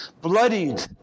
bloodied